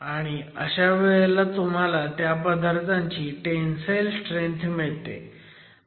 आणि अशा वेळेला तुम्हाला त्या पदार्थाची टेंसाईल स्ट्रेंथ मिळते